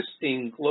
existing